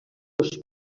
dos